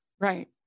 Right